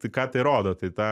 tai ką tai rodo tai tą